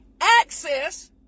access